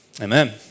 amen